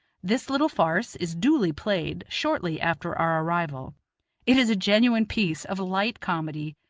this little farce is duly played shortly after our arrival it is a genuine piece of light comedy,